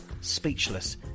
speechless